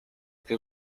que